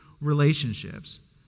relationships